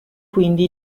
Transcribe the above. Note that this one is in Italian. quindi